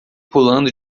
pulando